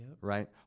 right